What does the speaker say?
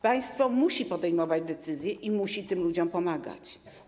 Państwo musi podejmować decyzje i musi tym ludziom pomagać.